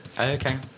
Okay